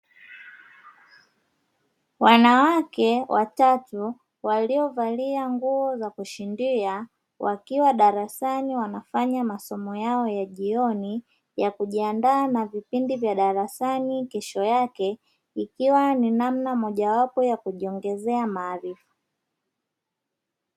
Wanawake wa tatu walio valia nguo za kushindia, wakiwa darasani wanafanya masomo yao ya jioni ya kujiandaa na vipindi vya darasani kesho yake; ikiwa ni namna moja wapo ya kujiongezea maarifa.